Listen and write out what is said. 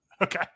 Okay